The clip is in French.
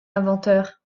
inventeur